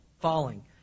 falling